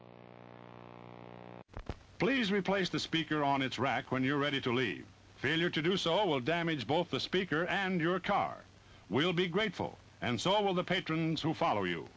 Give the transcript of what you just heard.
poor please replace the speaker on its rack when you're ready to leave failure to do so will damage both the speaker and your car will be grateful and so will the patrons who follow you